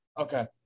Okay